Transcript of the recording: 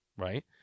Right